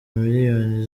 miliyoni